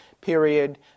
period